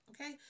Okay